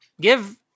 Give